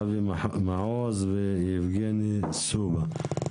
אבי מעוז ויבגני סובה.